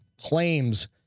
claims